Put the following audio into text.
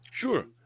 Sure